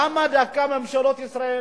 למה דווקא ממשלות ישראל,